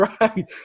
right